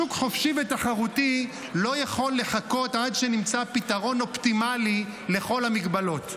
שוק חופשי ותחרותי לא יכול לחכות עד שנמצא פתרון אופטימלי לכל המגבלות.